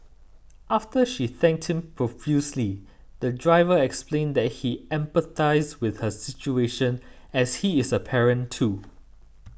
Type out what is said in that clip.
after she thanked him profusely the driver explained that he empathised with her situation as he is a parent too